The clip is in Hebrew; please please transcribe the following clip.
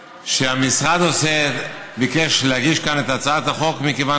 שהמשרד ביקש להגיש כאן את הצעת החוק מכיוון